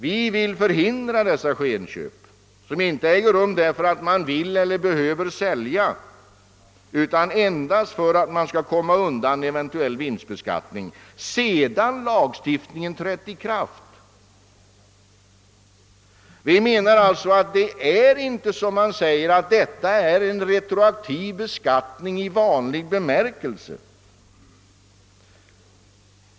Vi vill förhindra dessa skenavtal, som inte upprättas därför att man vill eller behöver sälja utan endast för att man skall komma undan eventuell vinstbeskattning sedan lagen trätt i kraft. Vi menar alltså att detta inte är en retroaktiv beskattning i vanlig bemärkelse.